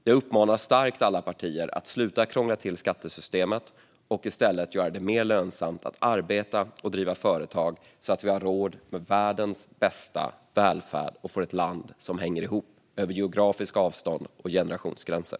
Jag uppmanar starkt alla partier att sluta krångla till skattesystemet och i stället göra det mer lönsamt att arbeta och driva företag så att vi har råd mer världens bästa välfärd och får ett land som hänger ihop över geografiska avstånd och generationsgränser.